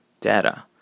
data